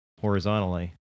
horizontally